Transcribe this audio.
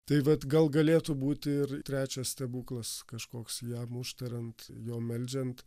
tai vat gal galėtų būti ir trečias stebuklas kažkoks jam užtariant jo meldžiant